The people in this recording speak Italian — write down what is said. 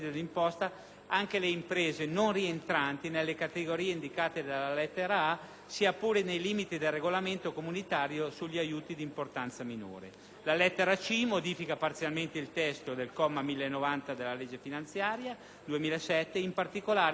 anche alle imprese non rientranti nelle categorie indicate alla lettera *a)*, sia pure nei limiti del regolamento comunitario sugli aiuti di importanza minore. La lettera *c)* modifica parzialmente il testo del comma 1090 della legge finanziaria per il 2007. In particolare, quest'ultimo